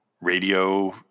radio